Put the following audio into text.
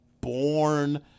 born